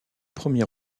premier